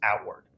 outward